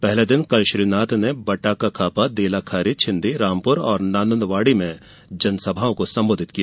पहले दिन कल श्री नाथ ने बटकाखापा देलाखारी छिन्दी रामपुर और नांदनवाडी में जनसभाओं को संबोधित किया